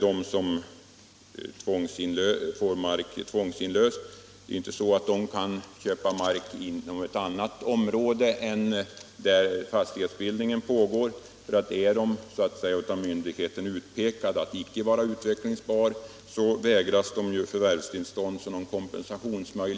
De som får sin mark tvångsinlöst kan inte heller köpa mark i något annat område än det där fastighetsregleringen pågår. Om fastigheten av myndigheten utpekats som icke utvecklingsbar vägras de förvärvstillstånd av lantbruksnämnden för annan mark.